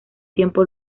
tiempo